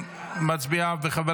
ותעבור